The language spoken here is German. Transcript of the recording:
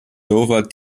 dover